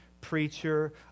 preacher